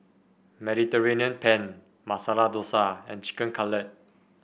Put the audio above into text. Mediterranean Penne Masala Dosa and Chicken Cutlet